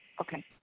Okay